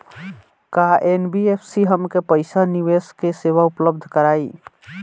का एन.बी.एफ.सी हमके पईसा निवेश के सेवा उपलब्ध कराई?